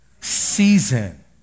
season